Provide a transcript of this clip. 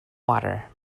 water